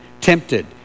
tempted